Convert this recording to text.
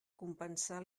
compensar